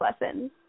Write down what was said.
lessons